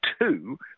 two